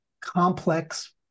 complex